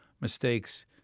mistakes